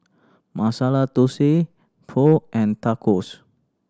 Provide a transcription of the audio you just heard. Masala Dosa Pho and Tacos